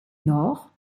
nord